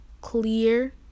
clear